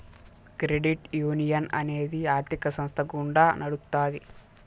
credit union అనేది ఆర్థిక సంస్థ గుండా నడుత్తాది